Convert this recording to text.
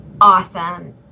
awesome